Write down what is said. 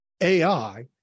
AI